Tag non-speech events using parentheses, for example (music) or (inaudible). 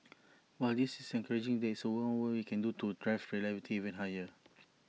(noise) while this is encouraging there is more we can do to drive reliability even higher